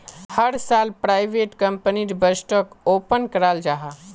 हर साल प्राइवेट कंपनीर बजटोक ओपन कराल जाहा